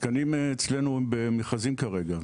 התקנים אצלנו הם במכרזים כרגע.